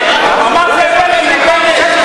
פוחדים?